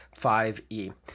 5e